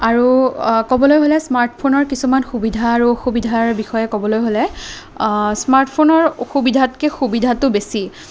আৰু ক'বলৈ গ'লে স্মাৰ্টফোনৰ কিছুমান সুবিধা আৰু অসুবিধাৰ বিষয়ে ক'বলৈ হ'লে স্মাৰ্টফোনৰ সুবিধাতকৈ অসুবিধাটো বেছি